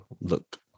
look